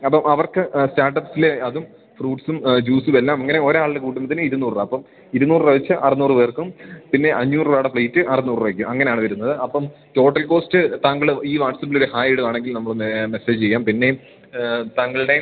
അപ്പോൾ അവർക്ക് സ്റ്റാട്ടപ്പ്ൽ അതും ഫ്രൂട്ട്സും ജ്യൂസു എല്ലാം ഇങ്ങനെ ഒരാളിൽ കൂട്ടുമ്പോൾ തന്നെ ഇരുന്നൂറ് രൂപ അപ്പം ഇരുന്നൂറ് രൂപ വെച്ച് അറുന്നൂറ് പേർക്കും പിന്നെ അഞ്ഞൂറ് രൂപയുടെ പ്ലേറ്റ് അപയ്ക്ക് അങ്ങനാണ് വരുന്നത് അപ്പം ടോട്ടൽ കോസ്റ്റ് താങ്കൾ ഈ വാട്സപ്പ്ലൊരു ഹായ് ഇടുവാണെങ്കിൽ നമ്മൾ ഒന്ന് മെസ്സേജ് ചെയ്യാം പിന്നെ താങ്കളുടെ